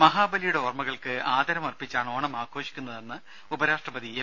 മഹാബലിയുടെ ഓർമകൾക്ക് ആദരമർപ്പിച്ചാണ് ഓണം ആഘോഷിക്കുന്നതെന്ന് ഉപരാഷ്ട്രപതി എം